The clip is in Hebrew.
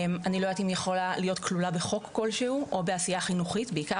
אני לא יודעת אם היא יכולה להיות כלולה בחוק כלשהו או בעשייה חינוכית,